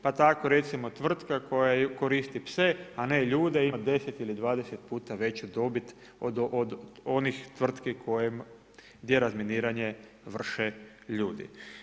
Pa tako recimo tvrtka koja koristi pse a ne ljude ima 10 ili 20 puta veću dobit od onih tvrtki gdje razminiranje vrše ljudi.